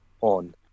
on